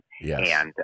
Yes